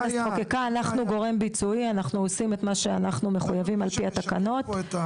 אנחנו גורם ביצועי ואנחנו עושים את מה שאנחנו חייבים על פי התקנות.